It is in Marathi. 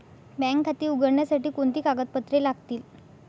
बँक खाते उघडण्यासाठी कोणती कागदपत्रे लागतील?